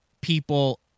people